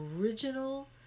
original